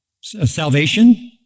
salvation